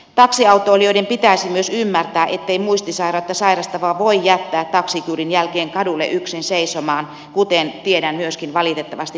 taksiautoilijoiden pitäisi myös ymmärtää ettei muistisairautta sairastavaa voi jättää taksikyydin jälkeen kadulle yksin seisomaan kuten tiedän myöskin valitettavasti tapahtuneen